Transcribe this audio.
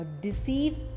deceive